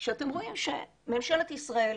שאתם רואים שממשלת ישראל,